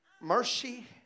Mercy